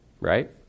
right